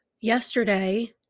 Yesterday